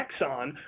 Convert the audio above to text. Exxon